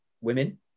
women